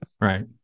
Right